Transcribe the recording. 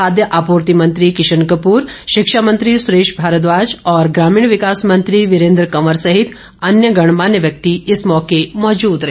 खाद्य आपूर्ति मंत्री किशन कपूर शिक्षामंत्री सुरेश भारद्वाज और ग्रामीण विकास मंत्री वीरेन्द्र कंवर सहित अन्य गणमान्य व्यक्ति इस मौके मौजूद रहे